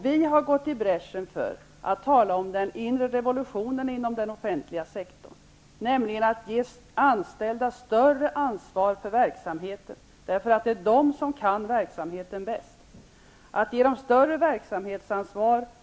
Vi har talat om den inre revolutionen inom den offentliga sektorn och gått i bräschen för den, nämligen att ge de anställda större ansvar för verksamheten -- det är de som kan verksamheten bäst -- och större ekonomiskt ansvar.